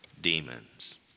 demons